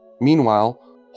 Meanwhile